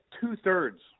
two-thirds